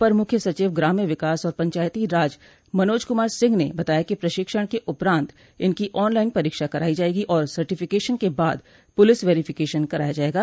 अपर मुख्य सचिव ग्राम्य विकास और पंचायती राज मनोज कुमार सिंह ने बताया कि प्रशिक्षण के उपरान्त इनकी ऑन लाइन परीक्षा कराई जायेगी और सर्टिफिकेशन के बाद पुलिस वैरिफिकेशन कराया जायेगा